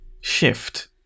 shift